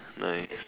nice